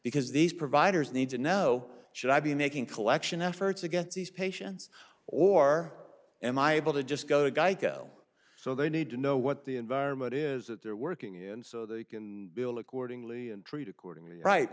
because these providers need to know should i be making collection efforts to get these patients or am i able to just go to geico so they need to know what the environment is that they're working in so they can bill accordingly and treat accordingly right